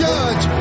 Judge